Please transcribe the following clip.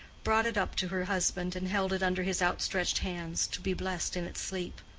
brought it up to her husband and held it under his outstretched hands, to be blessed in its sleep.